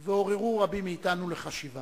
ועוררו רבים מאתנו לחשיבה.